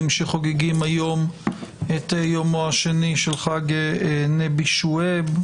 שחוגגים היום את יומו השני של חג נבי שועייב,